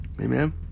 Amen